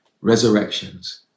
Resurrections